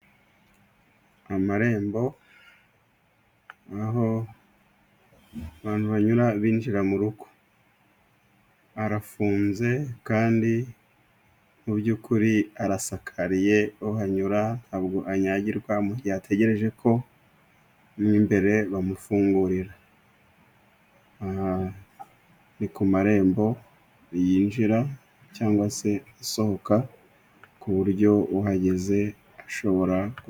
Amarembo aho abantu banyura binjira mu rugo. Arafunze kandi mu by'ukuri arasakariye, uhanyura ntabwo anyagirwa mu gihe ategereje ko bamufungurira. Aha ni ku marembo yinjira cyangwa se asohoka, ku buryo uhageze ashobora...